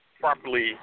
properly